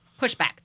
pushback